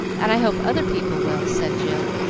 and i hope other people will, said jill,